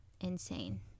insane